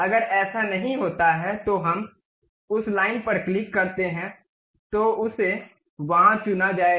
अगर ऐसा नहीं होता है तो हम उस लाइन पर क्लिक करते हैं तो उसे वहाँ चुना जाएगा